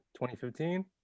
2015